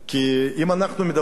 כי אם אנחנו מדברים,